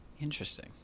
Interesting